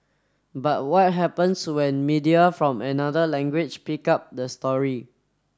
but what happens when media from another language pick up the story